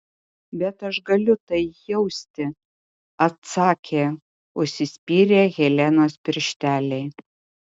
bet aš galiu tai jausti atsakė užsispyrę helenos piršteliai